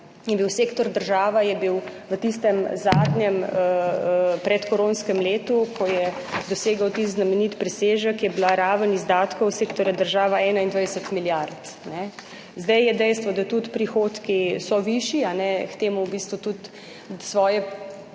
bil, sektor država je bil v tistem zadnjem predkoronskem letu, ko je dosegel tisti znameniti presežek, je bila raven izdatkov sektorja država 21 milijard, ne. Zdaj je dejstvo, da tudi prihodki so višji, a ne, k temu v bistvu tudi svoje